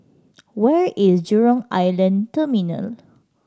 where is Jurong Island Terminal